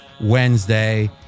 Wednesday